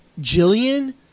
Jillian